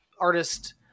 artist